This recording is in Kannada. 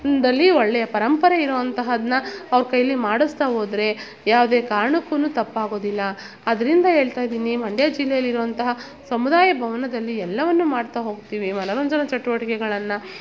ದಲ್ಲಿ ಒಳ್ಳೆಯ ಪರಂಪರೆ ಇರುವಂತಹದನ್ನ ಅವ್ರ ಕೈಲಿ ಮಾಡಿಸ್ತಾ ಹೋದ್ರೆ ಯಾವುದೆ ಕಾರ್ಣಕ್ಕು ತಪ್ಪಾಗೋದಿಲ್ಲ ಅದರಿಂದ ಹೇಳ್ತಯಿದಿನಿ ಮಂಡ್ಯ ಜಿಲ್ಲೆಯಲ್ಲಿರುವಂತಹ ಸಮುದಾಯ ಭವನದಲ್ಲಿ ಎಲ್ಲವನ್ನು ಮಾಡ್ತಾ ಹೋಗ್ತೀವಿ ಮನರಂಜನ ಚಟುವಟಿಕೆಗಳನ್ನು